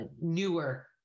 newer